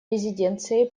резиденцией